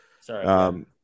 sorry